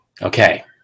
Okay